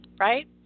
right